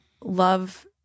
love